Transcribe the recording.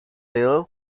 ville